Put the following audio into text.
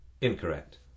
Incorrect